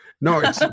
No